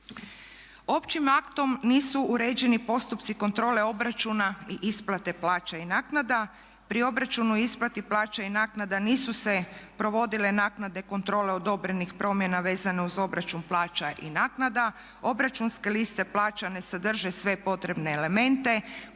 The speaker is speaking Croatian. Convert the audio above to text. Općim aktom nisu uređeni postupci kontrole obračuna i isplate plaća i naknada. Pri obračunu i isplati plaća i naknada nisu se provodile naknade kontrole odobrenih promjena vezane uz obračun plaća i naknada, obračunske liste plaća ne sadrže sve potrebne elemente,